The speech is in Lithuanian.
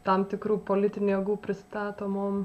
tam tikrų politinių jėgų prisitatomom